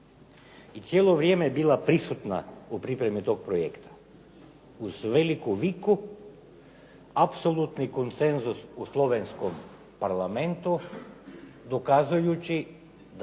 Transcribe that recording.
i cijelo je vrijeme bila prisutna u pripremi tog projekta uz veliku viku, apsolutni konsenzus u slovenskom Parlamentu dokazujući da